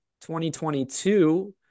2022